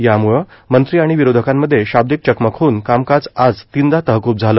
याम्ळे मंत्री आणि विरोधकांमध्ये शाब्दिक चकमक होऊन कामकाज आज तीनदा तहकुब झालं